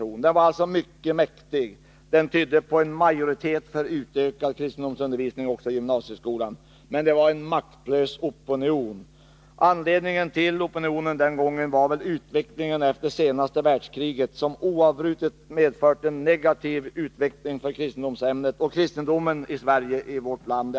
Manifestationen var alltså mycket mäktig och tydde på en majoritet för utökad kristendomsundervisning också i gymnasieskolan. Men det var en maktlös opinion. Anledningen till opinionen var utvecklingen efter det senaste världskriget som oavbrutet har inneburit en negativ utveckling för kristendomsämnet och kristendomen i alla avseenden i Sverige.